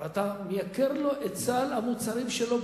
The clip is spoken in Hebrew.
הרי אתה מייקר לו את סל המוצרים שלו,